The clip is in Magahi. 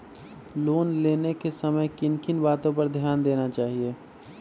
लोन लेने के समय किन किन वातो पर ध्यान देना चाहिए?